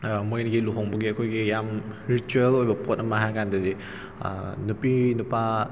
ꯃꯣꯏ ꯑꯅꯤꯒꯤ ꯂꯨꯍꯣꯡꯕꯒꯤ ꯑꯩꯈꯣꯏꯒꯤ ꯌꯥꯝ ꯔꯤꯆꯨꯌꯦꯜ ꯑꯣꯏꯕ ꯄꯣꯠ ꯑꯃ ꯍꯥꯏꯀꯥꯟꯗꯗꯤ ꯅꯨꯄꯤ ꯅꯨꯄꯥ